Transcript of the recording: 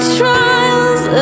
trials